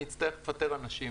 לפטר אנשים.